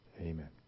Amen